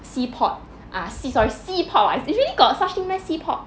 C port ah C sorry C pop ah is really got such thing meh C pop